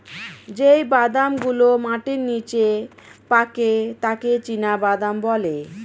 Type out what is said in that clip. যেই বাদাম গুলো মাটির নিচে পাকে তাকে চীনাবাদাম বলে